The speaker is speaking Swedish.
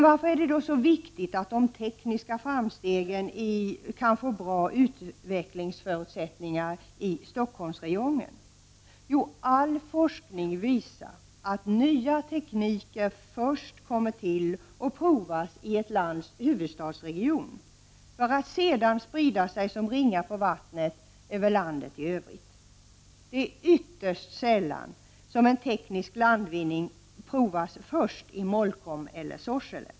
Varför är det då så viktigt att de tekniska framstegen kan få bra utvecklingsförutsättningar i Stockholmsräjongen? Jo, all forskning visar att nya tekniker först kommer till och provas i ett lands huvudstadsregion, för att sedan sprida sig som ringar på vattnet över landet i övrigt. Det är ytterst sällan som en teknisk landvinning provas först i Molkom eller Sorsele.